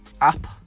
app